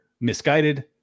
misguided